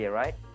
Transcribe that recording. right